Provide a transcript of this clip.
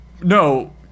No